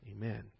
amen